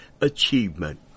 achievement